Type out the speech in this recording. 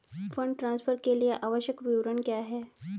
Fund transfer के लिए आवश्यक विवरण क्या हैं?